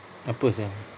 apasal